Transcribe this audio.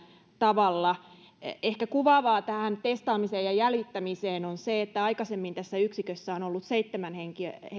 tavalla ehkä kuvaavaa testaamiseen ja jäljittämiseen liittyen on se että aikaisemmin yksikössä on ollut seitsemän